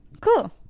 Cool